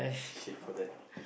shit for that